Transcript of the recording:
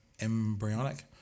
Embryonic